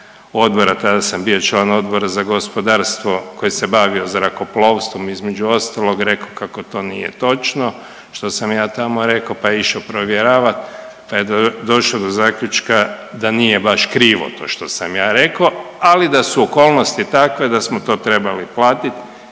odbora, tada sam bio član Odbora za gospodarstvo koji se bavio zrakoplovstvom između ostaloga rekao kao to nije točno što sam ja tamo rekao, pa je išao provjeravati, pa došao do zaključka da nije baš krivo to što sam ja rekao, ali da su okolnosti takve da smo to trebali platiti